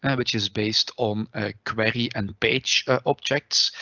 which is based on a query and page objects.